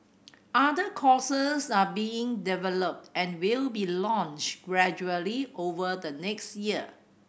other courses are being developed and will be launched gradually over the next year